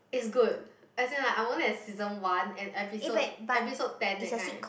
it's good as in like i'm only at season one and episode episode ten that kind